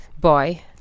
boy